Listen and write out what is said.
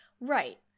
Right